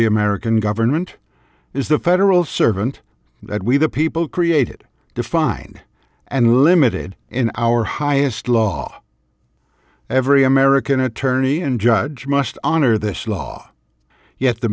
the american government is the federal servant that we the people created defined and limited in our highest law every american attorney and judge must honor this law yet the